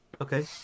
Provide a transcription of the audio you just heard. Okay